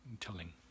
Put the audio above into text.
Telling